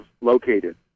located